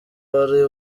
wari